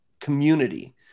community